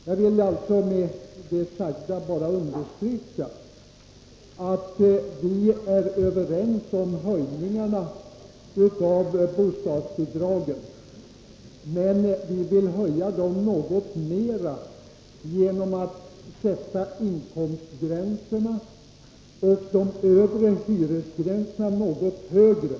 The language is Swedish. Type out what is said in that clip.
Jag vill med det sagda understryka att vi är överens om höjningarna av bostadsbidragen men att vi vill höja dem något mer genom att sätta inkomstgränserna och de övre hyresgränserna något högre.